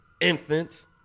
infants